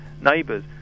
neighbours